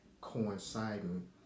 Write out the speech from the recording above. coinciding